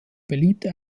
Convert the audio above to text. beliebte